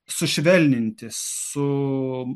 sušvelninti su